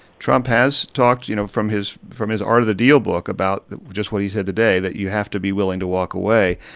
trump has talked, you know, from from his art of the deal book about just what he said today that you have to be willing to walk away.